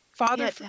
Father